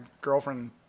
girlfriend